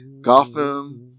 Gotham